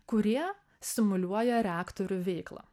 kurie simuliuoja reaktorių veiklą